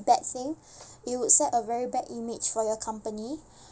bad thing it would set a very bad image for your company